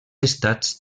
estats